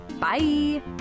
Bye